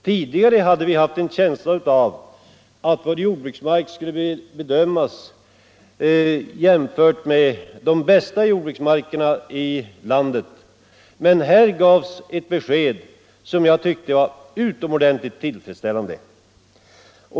Tidigare hade vi ett intryck av att jordbruksmarken i en bygd skulle bedömas efter jämförelse med de bästa jordbruksmarkerna i landet. Detta besked var alltså mycket tillfredsställande.